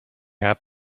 have